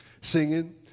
singing